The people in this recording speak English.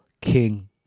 king